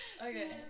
okay